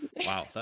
Wow